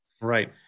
Right